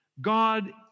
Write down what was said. God